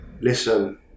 Listen